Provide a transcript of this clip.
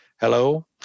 Hello